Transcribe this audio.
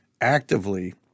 actively